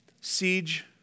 siege